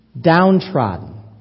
downtrodden